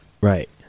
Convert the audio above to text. Right